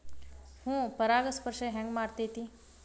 ಹೂ ಪರಾಗಸ್ಪರ್ಶ ಹೆಂಗ್ ಮಾಡ್ತೆತಿ?